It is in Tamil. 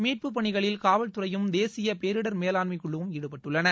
மீட்புப் பணிகளில் காவல்துறையும் தேசிய பேரிடர் மேலாண்மை குழுவும் ஈடுபட்டுள்ளன